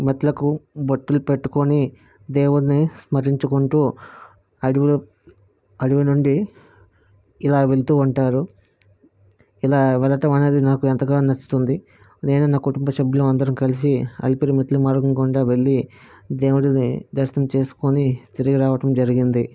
మెట్లకు బొట్లు పెట్టుకొని దేవుడిని స్మరించుకుంటు అడవి అడవి నుండి ఇలా వెళుతు ఉంటారు ఇలా వెళ్ళటం అనేది నాకు ఎంతగానో నచ్చుతుంది నేను నా కుటుంబ సభ్యులు అందరు కలిసి అలిపిరి మెట్ల మార్గం గుండా వెళ్ళి దేవుడిని దర్శనం చేసుకొని తిరిగి రావడం జరిగింది